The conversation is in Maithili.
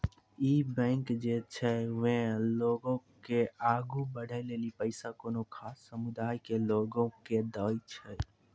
इ बैंक जे छै वें लोगो के आगु बढ़ै लेली पैसा कोनो खास समुदाय के लोगो के दै छै